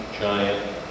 giant